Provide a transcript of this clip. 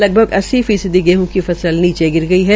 लगभग अस्सी फीसदी गेहं की फसल नीचे गिर गई है